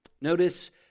notice